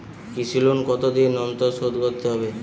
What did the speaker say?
কৃষি লোন কতদিন অন্তর শোধ করতে হবে?